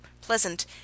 pleasant